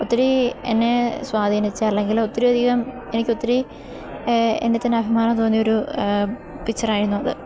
ഒത്തിരി എന്നെ സ്വാധീനിച്ച അല്ലെങ്കില് ഒത്തിരിയധികം എനിക്കൊത്തിരി എന്നില്ത്തന്നെ അഭിമാനം തോന്നിയൊരു പിക്ച്ചറായിരുന്നു അത്